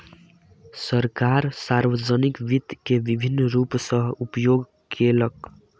सरकार, सार्वजानिक वित्त के विभिन्न रूप सॅ उपयोग केलक